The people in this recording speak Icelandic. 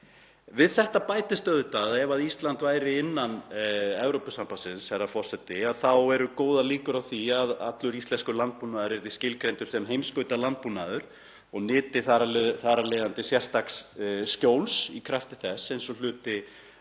Við þetta bætist auðvitað að ef Ísland væri innan Evrópusambandsins, herra forseti, þá eru góðar líkur á því að allur íslenskur landbúnaður yrði skilgreindur sem heimskautalandbúnaður og nyti þar af leiðandi sérstaks skjóls í krafti þess, eins og hluti